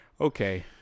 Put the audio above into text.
Okay